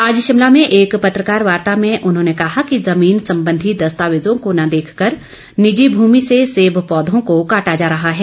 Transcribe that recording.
आज शिमला में एक पत्रकार वार्ता में उन्होंने कहा कि जमीन संबंधी दस्तावेजों को न देखकर निजी भूमि से सेब पौधों को काटा जा रहा है